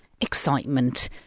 excitement